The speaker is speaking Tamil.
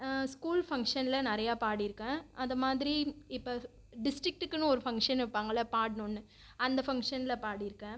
ஸ்கூல் ஃபங்ஷனில் நிறையா பாடியிருக்கன் அதைமாதிரி இப்போ டிஸ்டிக்டுக்குன்னு ஒரு ஃபங்ஷன் வைப்பாங்கள பாடணும்னு அந்த ஃபங்ஷனில் பாடியிருக்கன்